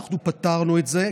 אנחנו פתרנו את זה.